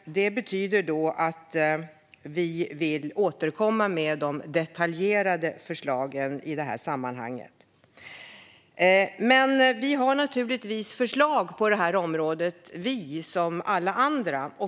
Det betyder att vi vill återkomma med de detaljerade förslagen i det här sammanhanget. Vi har naturligtvis förslag på området, vi som alla andra.